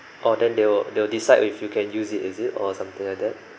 oh then they will they will decide if you can use it is it or something like that